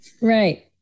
Right